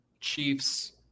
Chiefs